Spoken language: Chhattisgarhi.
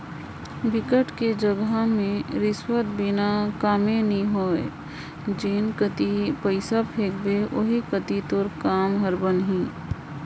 बिकट कर जघा में रिस्वत बिना कामे नी होय जेन कती पइसा फेंकबे ओही कती तोर काम हर बनही